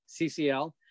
CCL